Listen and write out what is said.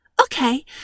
Okay